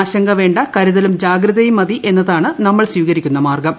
ആശങ്ക വേ കരുതലും ജാഗ്രതയും മതി എന്നതാണ് നമ്മൾ സ്വീകരിക്കുന്ന മാർഗ്ഗം